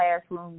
classroom